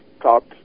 talked